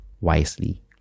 wisely